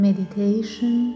Meditation